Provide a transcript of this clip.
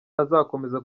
azakomeza